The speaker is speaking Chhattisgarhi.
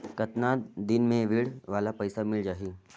कतना दिन मे ऋण वाला पइसा मिल जाहि?